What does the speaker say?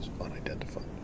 unidentified